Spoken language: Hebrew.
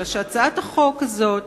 אלא שהצעת החוק הזאת